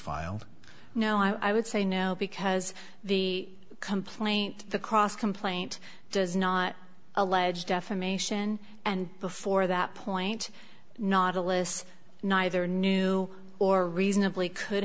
filed no i would say no because the complaint the cross complaint does not allege defamation and before that point not a list neither knew or reasonably could